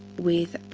with